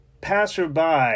passerby